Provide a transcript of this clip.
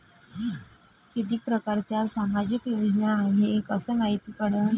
कितीक परकारच्या सामाजिक योजना हाय कस मायती पडन?